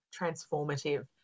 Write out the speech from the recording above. transformative